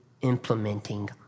implementing